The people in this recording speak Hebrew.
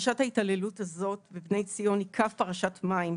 פרשת ההתעללות הזאת ב- "בני ציון" היא קו פרשת מים.